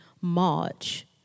March